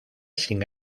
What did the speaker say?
sin